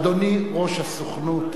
אדוני ראש הסוכנות,